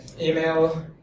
email